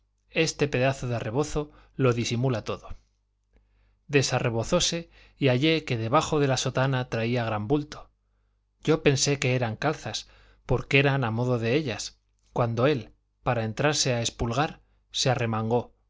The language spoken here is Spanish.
este pedazo de arrebozo lo disimula todo desarrebozóse y hallé que debajo de la sotana traía gran bulto yo pensé que eran calzas porque eran a modo de ellas cuando él para entrarse a espulgar se arremangó